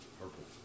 purple